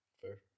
Fair